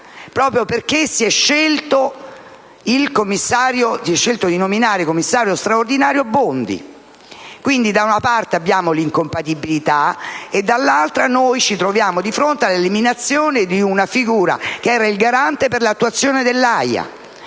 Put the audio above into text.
proprio perché si è scelto di nominare commissario straordinario Bondi. Quindi, da una parte abbiamo l'incompatibilità e dall'altra ci troviamo di fronte all'eliminazione di una figura che era il garante per l'attuazione dell'AIA,